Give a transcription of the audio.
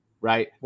right